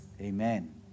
amen